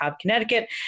Connecticut